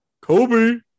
kobe